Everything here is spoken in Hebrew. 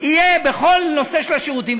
יהיה בכל נושא של השירותים,